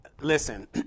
listen